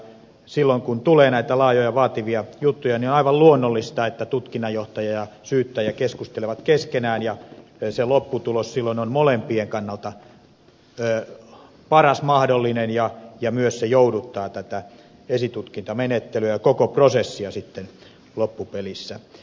silloin kun tulee näitä laajoja vaativia juttuja on aivan luonnollista että tutkinnanjohtaja ja syyttäjä keskustelevat keskenään ja se lopputulos silloin on molempien kannalta paras mahdollinen ja se myös jouduttaa tätä esitutkintamenettelyä ja koko prosessia sitten loppupelissä